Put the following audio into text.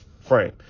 frame